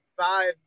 five